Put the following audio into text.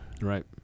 Right